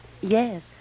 Yes